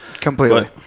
completely